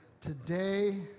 today